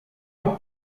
haute